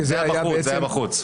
אלא בחוץ.